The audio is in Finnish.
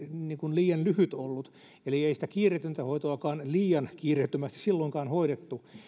liian lyhyt ollut eli ei sitä kiireetöntä hoitoakaan liian kiireettömästi silloinkaan hoidettu